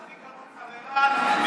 אני אקח אותך לרהט,